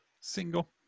Single